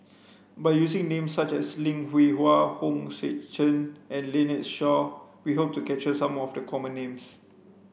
by using names such as Lim Hwee Hua Hong Sek Chern and Lynnette Seah we hope to capture some of the common names